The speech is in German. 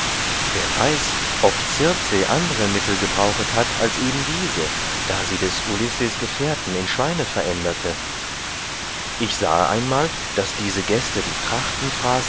wer weiß ob circe andere mittel gebrauchet hat als ebendiese da sie des ulyssis gefährten in schweine veränderte ich sahe einmal daß diese gäste die